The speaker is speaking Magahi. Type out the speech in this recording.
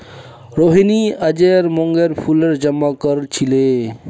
रोहिनी अयेज मोंगरार फूल जमा कर छीले